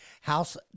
house